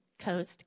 Coast